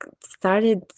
started